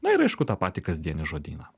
na ir aišku tą patį kasdienį žodyną